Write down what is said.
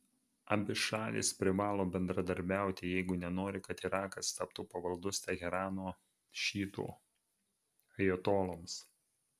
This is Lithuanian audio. abi šalys privalo bendradarbiauti jeigu nenori kad irakas taptų pavaldus teherano šiitų ajatoloms